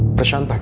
prashant. but